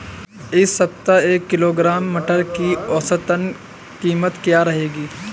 इस सप्ताह एक किलोग्राम मटर की औसतन कीमत क्या रहेगी?